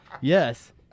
Yes